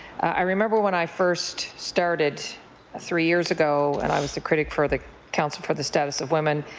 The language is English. i remember when i first started three years ago, and i was a critic for the council for the status of women.